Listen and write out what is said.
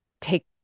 take